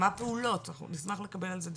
מה הפעולות, אנחנו נשמח לקבל על זה דיווח.